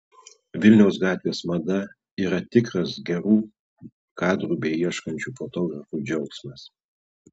vilniaus gatvės mada yra tikras gerų kadrų beieškančių fotografų džiaugsmas